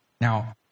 Now